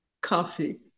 Coffee